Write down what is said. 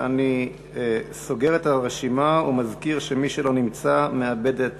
אני סוגר את הרשימה ומזכיר שמי שלא נמצא מאבד את